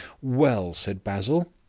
well, said basil,